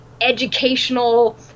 educational